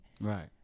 right